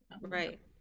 right